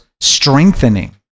strengthening